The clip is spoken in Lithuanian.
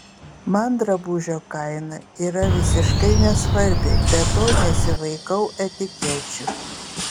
man drabužio kaina yra visiškai nesvarbi be to nesivaikau etikečių